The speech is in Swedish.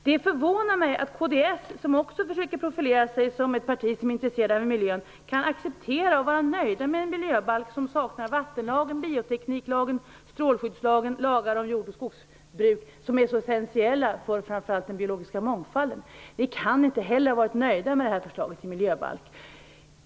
Det förvånar mig att kds, som försöker profilera sig som ett parti som är intresserat av miljön, kan acceptera och vara nöjt med en miljöbalk som saknar vattenlagen, biotekniklagen, strålskyddslagen och lagar om jord och skogsbruk, som är så essentiella för framför allt den biologiska mångfalden. Inte heller ni kan vara nöjda med det här förslaget till miljöbalk.